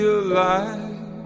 alive